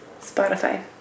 Spotify